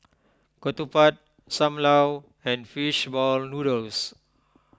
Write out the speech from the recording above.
Ketupat Sam Lau and Fish Ball Noodles